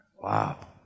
Wow